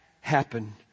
happen